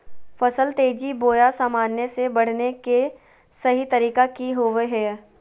फसल तेजी बोया सामान्य से बढने के सहि तरीका कि होवय हैय?